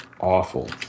awful